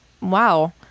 Wow